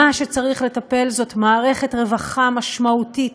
מי שצריכה לטפל זאת מערכת רווחה משמעותית,